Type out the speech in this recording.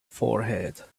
forehead